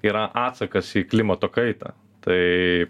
yra atsakas į klimato kaitą tai